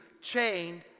chained